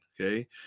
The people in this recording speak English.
Okay